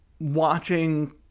watching